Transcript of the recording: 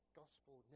gospel